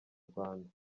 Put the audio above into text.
rwanda